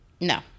No